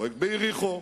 פרויקט ביריחו,